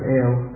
ill